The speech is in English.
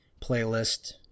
playlist